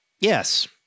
yes